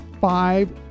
five